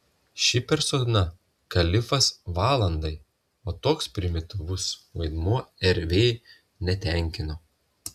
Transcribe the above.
ši persona kalifas valandai o toks primityvus vaidmuo rv netenkino